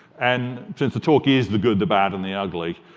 and since the talk is the good, the bad, and the ugly,